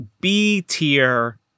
B-tier